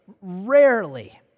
rarely